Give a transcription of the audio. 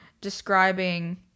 describing